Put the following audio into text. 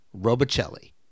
Robicelli